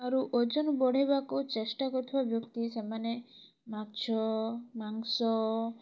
ଆରୁ ଓଜନ ବଢ଼ାଇବାକୁ ଚେଷ୍ଟା କରୁଥିବା ବ୍ୟକ୍ତି ସେମାନେ ମାଛ ମାଂସ